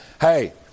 Hey